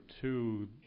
two